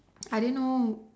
I didn't know